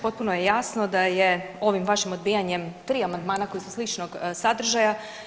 Potpuno je jasno da je ovim vašim odbijanjem 3 amandmana koji su sličnog sadržaja.